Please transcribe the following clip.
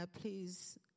please